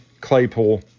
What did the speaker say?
Claypool